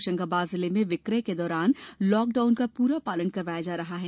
होशंगाबाद जिले में विक्रय के दौरान लॉकडाउन का पूरा पालन करवाया जा रहा है